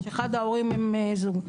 שאחד ההורים הם זוג.